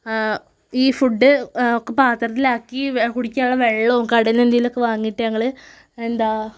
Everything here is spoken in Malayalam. ഈ ഫുഡ് പാത്രത്തിലാക്കി കുടിക്കാനുള്ള വെള്ളവും കടയിൽ നിന്ന് എന്തെങ്കിലുമൊക്കെ വാങ്ങിയിട്ട് ഞങ്ങൾ എന്താണ്